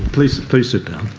please sit please sit down